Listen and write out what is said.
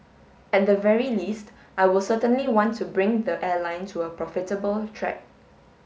at the very least I will certainly want to bring the airline to a profitable track